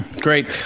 Great